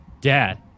Dad